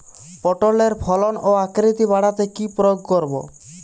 পটলের ফলন ও আকৃতি বাড়াতে কি প্রয়োগ করব?